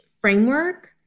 framework